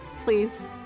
please